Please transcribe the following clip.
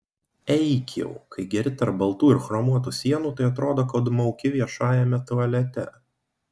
eik jau kai geri tarp baltų ir chromuotų sienų tai atrodo kad mauki viešajame tualete